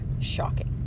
Shocking